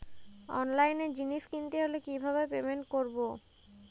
অনলাইনে জিনিস কিনতে হলে কিভাবে পেমেন্ট করবো?